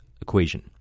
equation